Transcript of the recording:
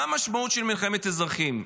מה המשמעות של מלחמת אזרחים?